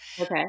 Okay